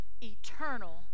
eternal